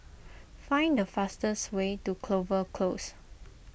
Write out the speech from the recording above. find the fastest way to Clover Close